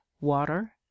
water